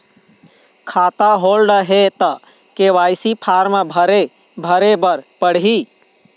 खाता होल्ड हे ता के.वाई.सी फार्म भरे भरे बर पड़ही?